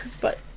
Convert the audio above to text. But-